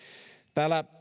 täällä